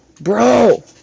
bro